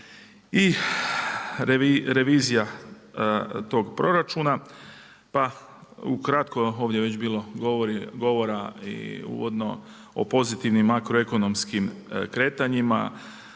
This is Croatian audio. i revizija tog proračuna, pa ukratko, ovdje je već bilo govora i uvodno o pozitivnim makroekonomskim kretanjima,